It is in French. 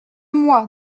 moi